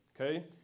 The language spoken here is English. okay